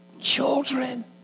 children